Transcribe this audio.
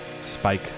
Spike